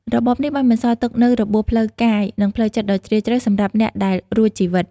របបនេះបានបន្សល់ទុកនូវរបួសផ្លូវកាយ និងផ្លូវចិត្តដ៏ជ្រាលជ្រៅសម្រាប់អ្នកដែលរួចជីវិត។